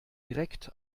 direkt